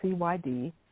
CYD